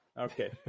Okay